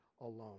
alone